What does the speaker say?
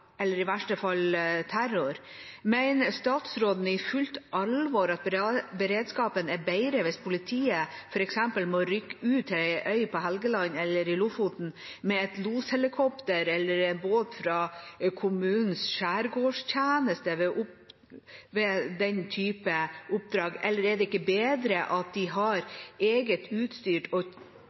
eller i verste fall terror. Mener statsråden i fullt alvor at beredskapen er bedre hvis politiet f.eks. må rykke ut til en øy på Helgeland eller i Lofoten med et loshelikopter eller en båt fra kommunens skjærgårdstjeneste ved den typen oppdrag? Er det ikke bedre at de har eget utstyr og